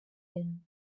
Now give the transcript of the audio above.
den